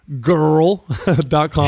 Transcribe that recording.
girl.com